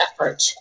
effort